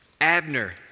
Abner